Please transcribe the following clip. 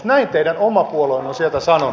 näin teidän oma puolueenne on sieltä sanonut